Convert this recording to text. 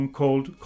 called